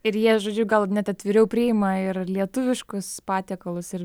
ir jie žodžiu gal net atviriau priima ir lietuviškus patiekalus ir